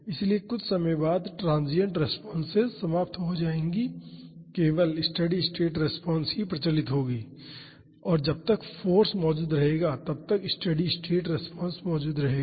इसलिए कुछ समय बाद ट्रांसिएंट रेस्पॉन्सेस समाप्त हो जाएंगी और केवल स्टेडी स्टेट रेस्पॉन्स ही प्रचलित होगी और जब तक फाॅर्स मौजूद रहेगा तब तक स्टेडी स्टेट रिस्पांस मौजूद रहेगा